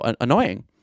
annoying